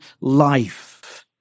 life